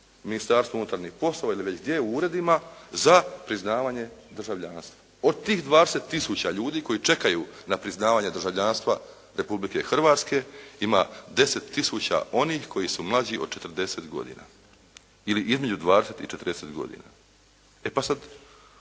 Ministarstvu unutarnjeg poslova ili već gdje, u uredima za priznavanje državljanstva. Od tih 20000 ljudi koji čekaju na priznavanje državljanstva Republike Hrvatske ima 10000 onih koji su mlađi od 40 godina ili između 20 i 40 godina. E pa sad